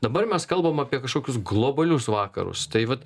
dabar mes kalbam apie kažkokius globalius vakarus tai vat